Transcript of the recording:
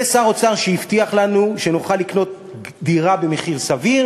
זה שר אוצר שהבטיח לנו שנוכל לקנות דירה במחיר סביר,